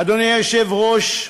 אדוני היושב-ראש,